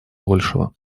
большего